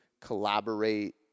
collaborate